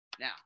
Now